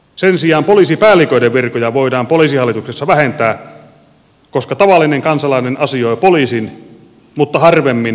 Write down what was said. sen sijaan poliisipäälliköiden virkoja voidaan poliisihallituksessa vähentää koska tavallinen kansalainen asioi poliisin mutta harvemmin poliisihallituksen kanssa